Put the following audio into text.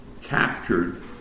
captured